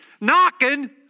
knocking